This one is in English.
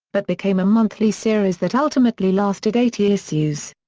but became a monthly series that ultimately lasted eighty issues.